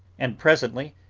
and presently,